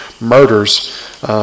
murders